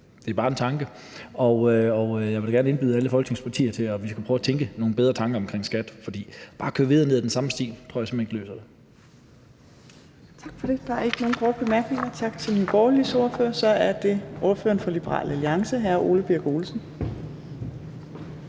Det er bare en tanke, og jeg vil da gerne indbyde alle Folketingets partier til, at vi skal prøve at tænke nogle bedre tanker omkring skat. For bare at køre videre ned ad den samme sti tror jeg simpelt hen ikke løser det. Kl. 17:57 Fjerde næstformand (Trine Torp): Tak for det. Der er ingen korte bemærkninger. Tak til Nye Borgerliges ordfører. Så er det ordføreren fra Liberal Alliance, hr. Ole Birk Olesen.